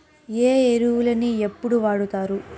ఏ ఎరువులని ఎప్పుడు వాడుతారు?